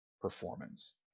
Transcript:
performance